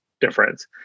difference